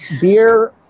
beer